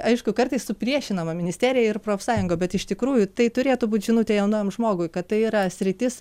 aišku kartais supriešinama ministerija ir profsąjunga bet iš tikrųjų tai turėtų būt žinutė jaunam žmogui kad tai yra sritis